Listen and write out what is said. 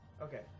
Okay